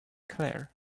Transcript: claire